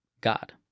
God